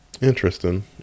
Interesting